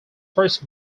first